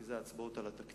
כי זה ההצבעות על התקציב,